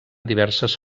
diverses